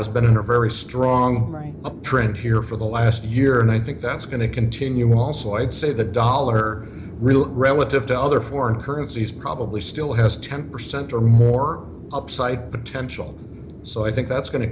has been in a very strong right trend here for the last year and i think that's going to continue also i'd say the dollar really relative to other foreign currencies probably still has ten percent or more upside potential so i think that's go